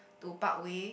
to Parkway